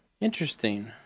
Interesting